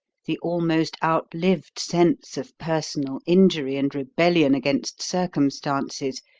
the almost outlived sense of personal injury and rebellion against circumstances,